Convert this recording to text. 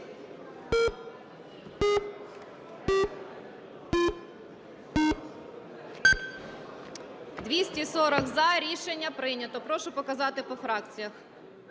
За-240 Рішення прийнято. Прошу показати по фракціях.